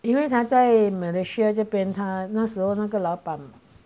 因为他在 malaysia 这边她那时候那个老板